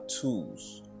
tools